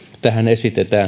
tähän esitetään